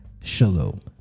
shalom